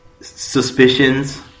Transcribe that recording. suspicions